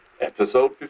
episode